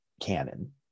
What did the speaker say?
canon